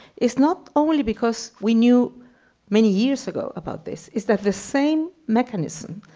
it's not only because we knew many years ago about this, it's that the same mechanism,